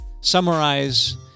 summarize